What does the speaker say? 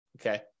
okay